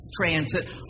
transit